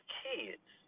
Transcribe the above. kids